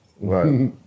Right